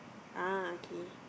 ah okay